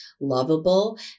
lovable